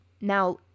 Now